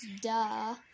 duh